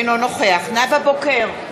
אינו נוכח נאוה בוקר,